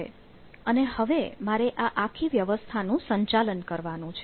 છે અને હવે મારે આ આખી વ્યવસ્થા નું સંચાલન કરવાનું છે